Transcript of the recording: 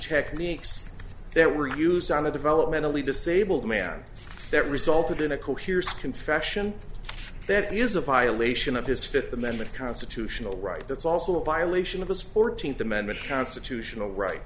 techniques weeks that were used on a developmentally disabled man that resulted in a coheres confession that is a violation of his fifth amendment constitutional right that's also a violation of his fourteenth amendment constitutional right